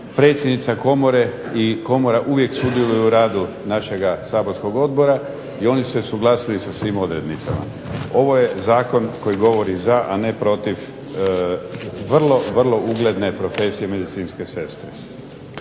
Predsjednica Komore i Komora uvijek sudjeluju u radu našega saborskog odbora i oni su se usuglasili sa svim odrednicama. Ovo je zakon koji govori za, a ne protiv vrlo, vrlo ugledne profesije medicinske sestre.